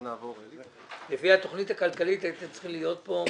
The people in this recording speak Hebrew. אני אתייחס לזה.